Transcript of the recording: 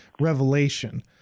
revelation